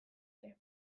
ere